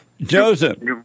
Joseph